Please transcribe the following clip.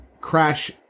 Crash